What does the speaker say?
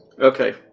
Okay